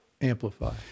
Amplify